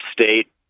state